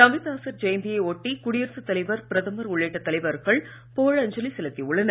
ரவிதாசர் ஜெயந்தியை ஒட்டிகுடியரசுத் தலைவர் பிரதமர் உள்ளிட்ட தலைவர்கள் புகழஞ்சலி செலுத்தி உள்ளனர்